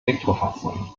elektrofahrzeugen